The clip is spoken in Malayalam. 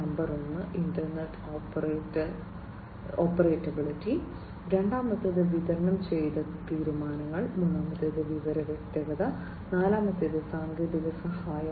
നമ്പർ ഒന്ന് ഇന്റർഓപ്പറബിളിറ്റി രണ്ടാമത്തേത് വിതരണം ചെയ്ത തീരുമാനങ്ങൾ മൂന്നാമത്തേത് വിവര വ്യക്തത നാലാമത്തേത് സാങ്കേതിക സഹായം